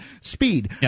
speed